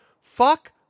Fuck